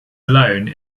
alone